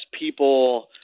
people